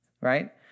right